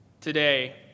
today